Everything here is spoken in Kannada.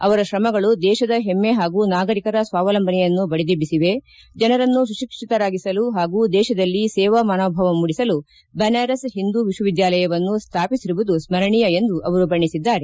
ಅವರ ಕ್ರಮಗಳು ದೇಶದ ಹೆಮ್ಮ ಹಾಗೂ ನಾಗರಿಕರ ಸ್ವಾವಲಂಬನೆಯನ್ನು ಬಡಿದೆಬ್ಬಿಸಿವೆ ಜನರನ್ನು ಸುಶಿಕ್ಷಿತರಾಗಿಸಲು ಹಾಗೂ ದೇಶದಲ್ಲಿ ಸೇವಾ ಮನೋಭಾವ ಮೂಡಿಸಲು ಬನಾರಸ್ ಹಿಂದೂ ವಿಶ್ವವಿದ್ಯಾಲಯವನ್ನು ಸ್ವಾಪಿಸಿರುವುದು ಸ್ವರಣೀಯ ಎಂದು ಅವರು ಬಣ್ಣೆಸಿದ್ದಾರೆ